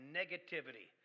negativity